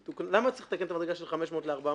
למה צריך לתקן את המדרגה של 500 ל-400?